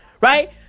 Right